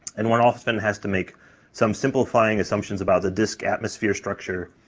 and one often has to make some simplifying assumptions about the disk atmosphere structure,